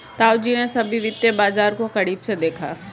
ताऊजी ने सभी वित्तीय बाजार को करीब से देखा है